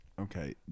Okay